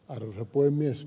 arvoisa puhemies